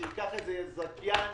שייקח את זה זכיין,